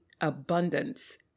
abundance